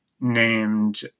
named